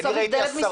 כי אני ראיתי עשרות.